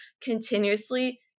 continuously